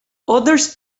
others